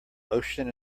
ocean